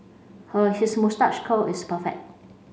a his moustache curl is perfect